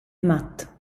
matt